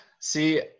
see